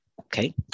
Okay